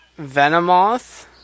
Venomoth